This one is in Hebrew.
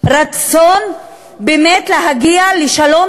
רצון באמת להגיע לשלום